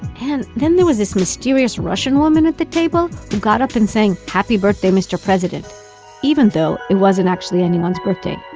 and then there was a mysterious russian woman at the table who got up and sang happy birthday mr. president even though it wasn't actually anyone's birthday.